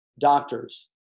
doctors